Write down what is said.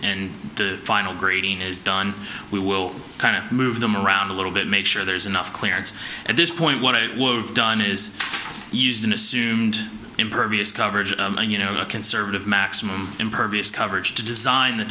in the final grading is done we will kind of move them around a little bit make sure there is enough clearance at this point what i would have done is use the assumed impervious coverage and you know a conservative maximum impervious coverage to design the